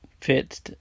Fits